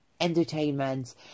entertainment